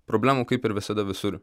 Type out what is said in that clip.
problemų kaip ir visada visur